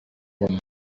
ngoma